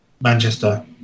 Manchester